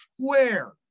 square